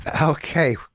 Okay